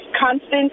constant